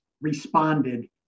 responded